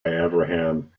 avraham